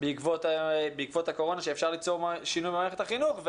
בעקבות הקורונה שאפשר ליצור שינוי במערכת החינוך,